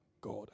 God